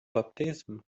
baptism